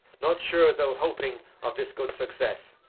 not sure, though hoping of this good success,